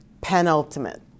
penultimate